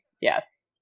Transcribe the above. Yes